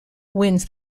wins